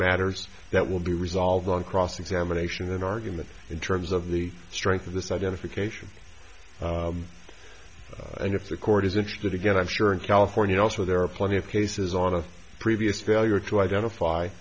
matters that will be resolved on cross examination than argument in terms of the strength of this identification and if the court is interested again i'm sure in california also there are plenty of cases on a previous failure to identify